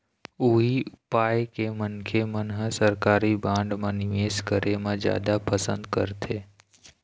उही पाय के मनखे मन ह सरकारी बांड म निवेस करे म जादा पंसद करथे